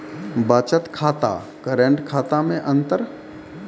बचत खाता करेंट खाता मे अंतर?